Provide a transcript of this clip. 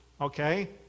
okay